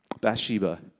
Bathsheba